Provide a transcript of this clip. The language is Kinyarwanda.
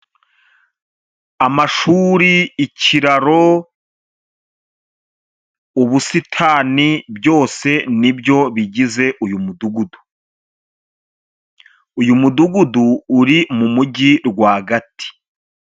Amashuri, ikiraro, ubusitani, byose ni byo bigize uyu mudugudu. Uyu mudugudu uri mu mujyi rwagati.